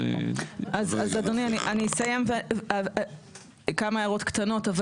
אז אדוני, אני אסיים, כמה הערות קטנות.